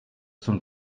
zum